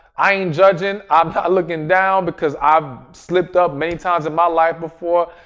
i ain't judging, i'm not looking down, because i've slipped up many times in my life before.